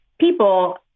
People